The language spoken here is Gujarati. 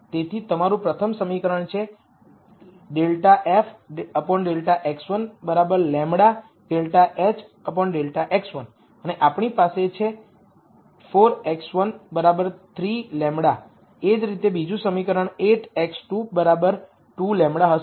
તેથી તમારું પ્રથમ સમીકરણ છે ∂f ∂x1 λ ∂h ∂x1 અને આપણી પાસે છે 4x1 3 λએ જ રીતે બીજું સમીકરણ 8x2 2λ હશે